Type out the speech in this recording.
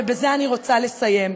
ובזה אני רוצה לסיים,